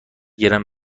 گرم